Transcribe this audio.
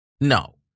No